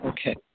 Okay